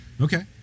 Okay